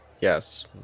Yes